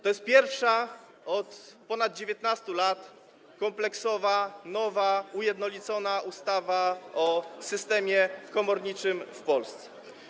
To jest pierwsza od ponad 19 lat kompleksowa, nowa, ujednolicona ustawa o systemie komorniczym w Polsce.